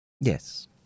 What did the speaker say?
yes